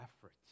effort